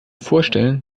vorstellen